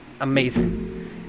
...amazing